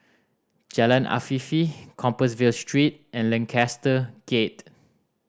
Jalan Afifi Compassvale Street and Lancaster Gate